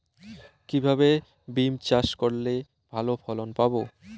কিভাবে বিম চাষ করলে ভালো ফলন পাব?